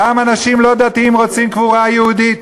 גם אנשים לא דתיים רוצים קבורה יהודית,